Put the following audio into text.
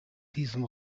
diesem